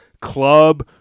club